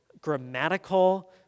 grammatical